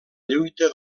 lluita